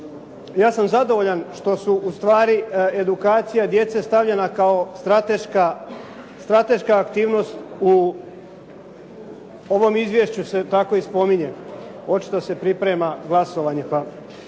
ja sam zadovoljan što je ustvari edukacija djece stavljena kao strateška aktivnost, u ovom izvješću se tako i spominje. No, ja sa zadovoljstvom